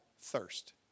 thirst